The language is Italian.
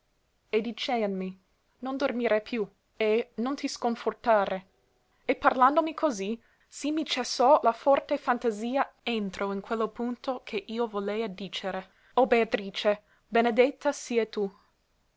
e dicèanmi non dormire più e non ti sconfortare e parlandomi così sì mi cessò la forte fantasia entro in quello punto ch'eo volea dicere o beatrice benedetta sie tu